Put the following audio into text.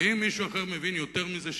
ואם מישהו אחר מבין יותר מזה,